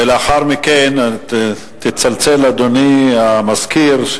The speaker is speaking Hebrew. ולאחר מכן תצלצל, אדוני המזכיר.